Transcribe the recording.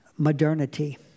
Modernity